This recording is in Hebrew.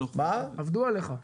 עבדו עליך.